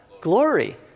Glory